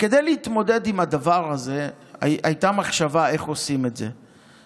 כדי להתמודד עם הדבר הזה הייתה מחשבה איך עושים את זה.